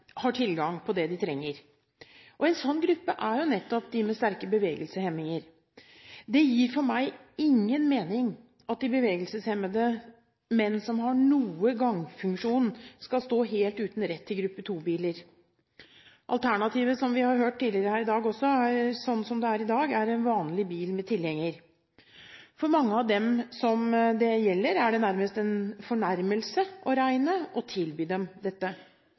har tilgang på det de trenger. En sånn gruppe er nettopp de med sterke bevegelseshemninger. Det gir for meg ingen mening at de som er bevegelseshemmede, men som har noe gangfunksjon, skal stå helt uten rett til gruppe 2-biler. Alternativet, som vi har hørt tidligere her i dag, er, sånn som det er i dag, en vanlig bil med tilhenger. For mange av dem det gjelder, er det nærmest for en fornærmelse å regne å bli tilbudt dette.